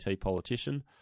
politician